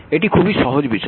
এটি খুবই সহজ বিষয়